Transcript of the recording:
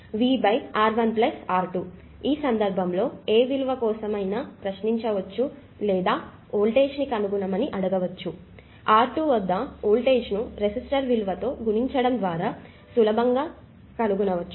ఇప్పుడు ఈ సందర్భంలో ఏ విలువ కోసమైనా ప్రశ్నించవచ్చు లేదా ఈ వోల్టేజ్ ని కనుగొనమని అడగవచ్చు R2 వద్ద వోల్టేజ్ ను రెసిస్టర్ విలువతో కరెంట్ను గుణించడం ద్వారా సులభంగా కనుగొనవచ్చు